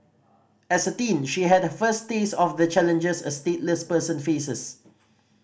as a teen she had her first taste of the challenges a stateless person faces